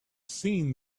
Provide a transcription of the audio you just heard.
seen